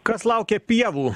kas laukia pievų